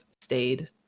stayed